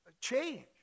change